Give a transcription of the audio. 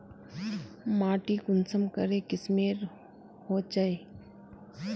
माटी कुंसम करे किस्मेर होचए?